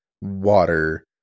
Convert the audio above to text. water